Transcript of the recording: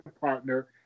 partner